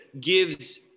gives